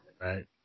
Right